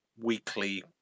weekly